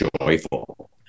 joyful